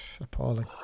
Appalling